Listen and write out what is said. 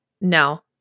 No